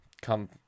come